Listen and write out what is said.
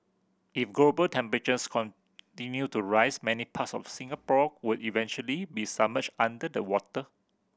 if global temperatures continue to rise many parts of Singapore would eventually be submerged under the water